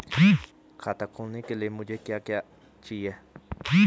खाता खोलने के लिए मुझे क्या क्या चाहिए?